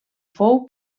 fou